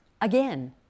again